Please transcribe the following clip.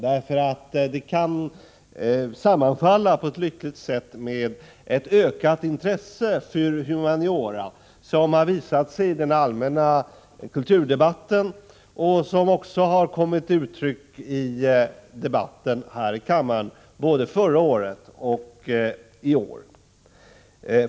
Det kan sammanfalla på ett lyckligt sätt med ett ökat intresse för humaniora som har visat sig i den allmänna kulturdebatten och också kommit till uttryck i debatten här i kammaren både förra året och i år.